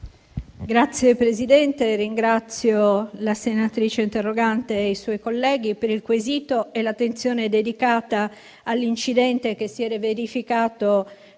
sociali*. Presidente, ringrazio la senatrice interrogante e i suoi colleghi per il quesito e l'attenzione dedicata all'incidente che si è verificato